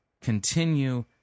continue